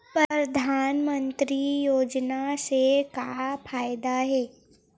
परधानमंतरी योजना से का फ़ायदा हे?